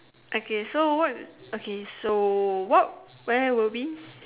okay so what okay so what where were we